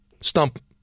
Stump